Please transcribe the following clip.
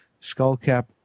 skullcap